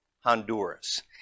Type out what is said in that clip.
Honduras